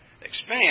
expand